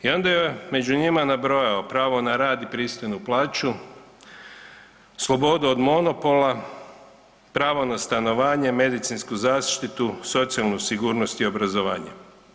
I onda ju je među njima nabrojao, pravo na rad i pristojnu plaću, sloboda od monopola, pravo na stanovanje, medicinsku zaštitu, socijalnu sigurnost i obrazovanje.